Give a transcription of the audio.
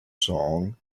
song